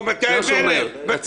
מה הוא יעשה?